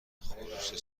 خورشت